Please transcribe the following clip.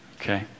Okay